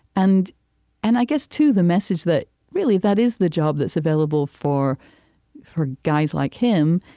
and and i guess too, the message that really, that is the job that's available for for guys like him.